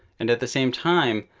and at the same time,